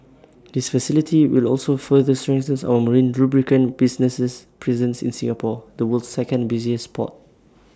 this facility will also further strengthen our marine lubricant business's presence in Singapore the world's second busiest port